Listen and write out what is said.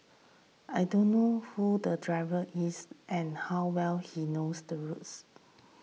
I don't know who the driver is and how well he knows the roads